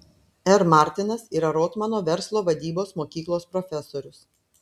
r martinas yra rotmano verslo vadybos mokyklos profesorius